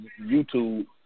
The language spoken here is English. YouTube